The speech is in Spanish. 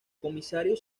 comisario